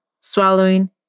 swallowing